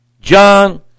John